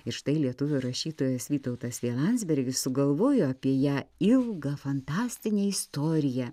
ir štai lietuvių rašytojas vytautas v landsbergis sugalvojo apie ją ilgą fantastinę istoriją